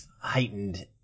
heightened